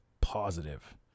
positive